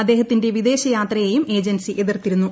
അദ്ദേഹത്തിന്റെ വിദേശയാത്രയെയിട്ടു ഏജൻസി എതിർത്തിരുന്നു